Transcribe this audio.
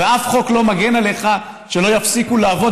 ושום חוק לא מגן עליך שלא יפסיקו לעבוד